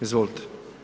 Izvolite.